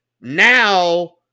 now